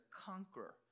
conqueror